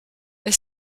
est